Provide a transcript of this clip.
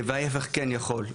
וההפך כן יכול,